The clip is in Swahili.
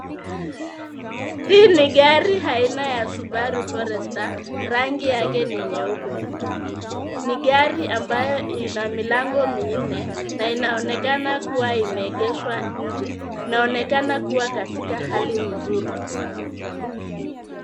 Hii ni gari aina ya Subaru Forester, rangi yake ni nyeupe. Ni gari ambayo ina milango minne na inaonekana kuwa imeegeshwa nje. Inaonekana kuwa katika hali nzuri.